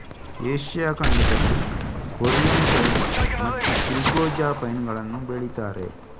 Asia ಖಂಡದಲ್ಲಿ Korean pine ಮತ್ತೆ chilgoza pine ಗಳನ್ನ ಬೆಳೀತಾರೆ